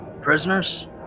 prisoners